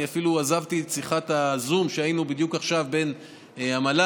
אני אפילו עזבתי את שיחת הזום בדיוק עכשיו בין המל"ל,